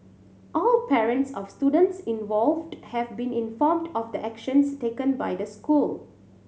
all parents of students involved have been informed of the actions taken by the school